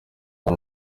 nta